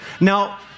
Now